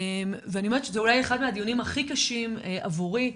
זה אולי אחד מהדיונים הכי קשים עבורי,